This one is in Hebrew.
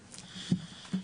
בבקשה.